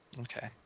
Okay